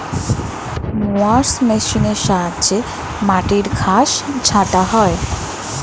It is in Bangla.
মোয়ার্স মেশিনের সাহায্যে মাটির ঘাস ছাঁটা হয়